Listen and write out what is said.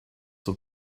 have